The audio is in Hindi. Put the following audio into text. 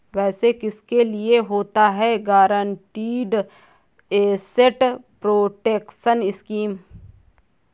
वैसे किसके लिए होता है गारंटीड एसेट प्रोटेक्शन स्कीम?